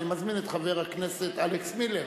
אני מזמין את חבר הכנסת אלכס מילר